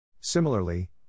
Similarly